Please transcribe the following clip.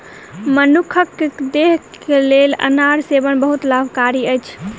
मनुख के देहक लेल अनार सेवन बहुत लाभकारी अछि